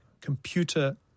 computer